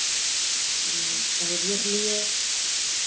हाँ बहुरिया के लिए